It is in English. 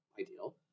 ideal